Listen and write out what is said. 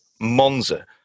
Monza